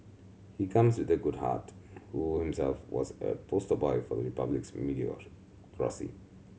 he comes with a good heart who himself was a poster boy of the Republic's meritocracy